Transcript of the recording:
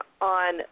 on